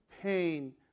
pain